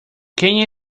quem